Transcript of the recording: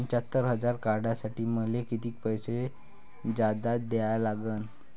पंच्यात्तर हजार काढासाठी मले कितीक पैसे जादा द्या लागन?